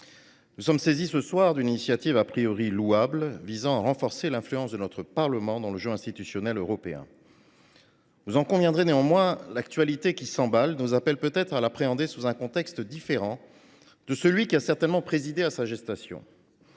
nous sommes saisis ce soir d’une initiative, louable, visant à renforcer l’influence de notre Parlement dans le jeu institutionnel européen. Vous conviendrez néanmoins que l’actualité, qui s’emballe, nous appelle à l’appréhender dans un contexte différent de celui qui a dû présider à sa gestation.